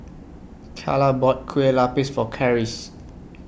Calla bought Kueh Lapis For Karis